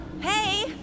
hey